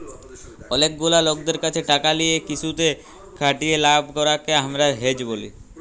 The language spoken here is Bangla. অলেক গুলা লকদের ক্যাছে টাকা লিয়ে কিসুতে খাটিয়ে লাভ করাককে হামরা হেজ ব্যলি